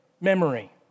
memory